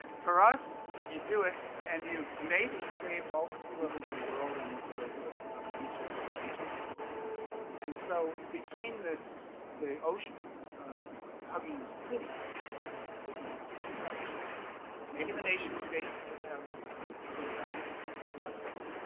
for us you do it and you've maybe saved all the sea levels of the world and for those of us who love the beaches of the beaches of the world and so between this the ocean hugging cities as cities as such maybe the nation states that have extensive coastlines which are most of them